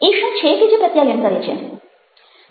એ શું છે કે જે પ્રત્યાયન કરે છે